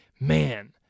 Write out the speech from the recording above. Man